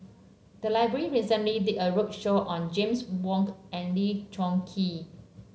the library recently did a roadshow on James Wong and Lee Choon Kee